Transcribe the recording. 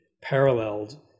paralleled